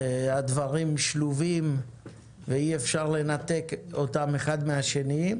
הדברים שלובים ואי אפשר לנתק אותם אחד מהשני.